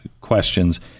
questions